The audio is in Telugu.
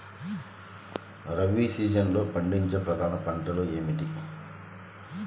రబీ సీజన్లో పండించే ప్రధాన పంటలు ఏమిటీ?